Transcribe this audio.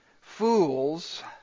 Fools